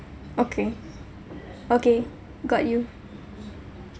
okay okay got you